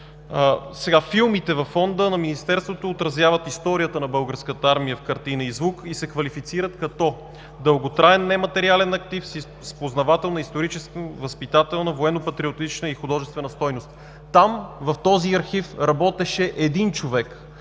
Филмите във Фонда на Министерството отразяват историята на българската армия в картина и звук и се квалифицират като дълготраен нематериален актив с познавателна, историческо-възпитателна, военно-патриотична и художествена стойност. Там, в този архив, работеше един човек.